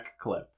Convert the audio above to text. clip